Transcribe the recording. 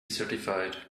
certified